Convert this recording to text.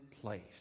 place